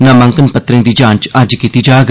नामांकन पत्रें दी जांच अज्ज कीती जाग